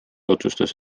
otsustas